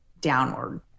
downward